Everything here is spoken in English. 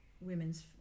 women's